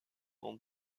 dans